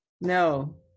no